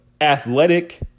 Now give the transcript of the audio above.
athletic